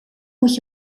moet